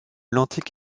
l’antique